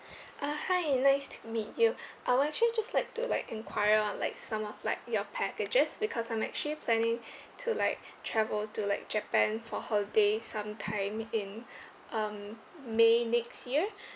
uh hi nice to meet you I'll actually just like to like enquire on like some of like your packages because I'm actually planning to like travel to like japan for holiday some time in um may next year